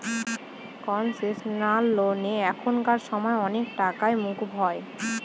concessional লোনে এখানকার সময় অনেক টাকাই মকুব হয়